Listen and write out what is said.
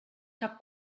cap